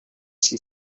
she